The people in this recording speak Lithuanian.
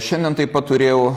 šiandien taip pat turėjau